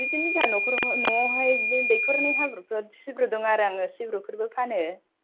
बिदिनो जोंहा न'खराव नवावहाय बिदिनो दैखरनि हाब्रु फ्राव सिब्रु दं आरो सिब्रु फोरबो फाननो